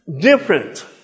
different